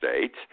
States